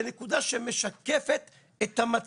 הנקודה השנייה שאני רוצה לדבר עליה כנקודה שמשקפת את המצב,